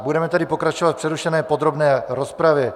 Budeme tedy pokračovat v přerušené podrobné rozpravě.